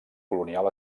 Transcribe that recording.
colonial